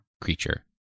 creature